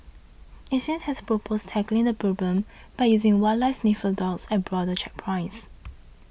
acres has proposed tackling the problem by using wildlife sniffer dogs at border checkpoints